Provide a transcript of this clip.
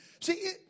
See